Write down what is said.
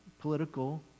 political